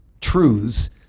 truths